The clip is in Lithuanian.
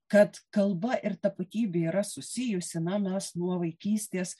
kad kalba ir tapatybė yra susijusi na mes nuo vaikystės